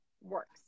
works